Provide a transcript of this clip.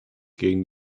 gegen